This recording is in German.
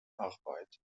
arbeit